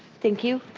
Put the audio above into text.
thank you.